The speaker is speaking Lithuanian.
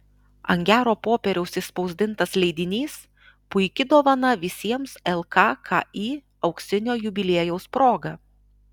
ant gero popieriaus išspausdintas leidinys puiki dovana visiems lkki auksinio jubiliejaus proga